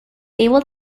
able